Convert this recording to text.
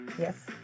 Yes